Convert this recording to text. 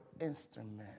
instrument